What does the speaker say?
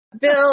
Bill